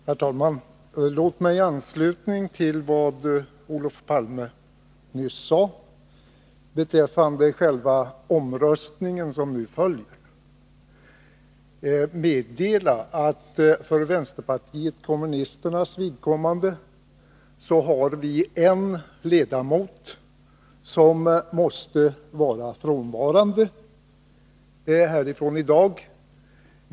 Herr talman! Låt mig i anslutning till vad Olof Palme nyss sade beträffande själva den omröstning som nu följer meddela att vi för vänsterpartiet kommunisternas vidkommande har en ledamot som måste vara frånvarande i dag.